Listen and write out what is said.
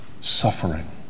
suffering